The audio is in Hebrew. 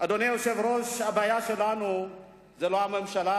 אדוני היושב-ראש, הבעיה שלנו היא לא הממשלה